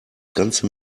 ganze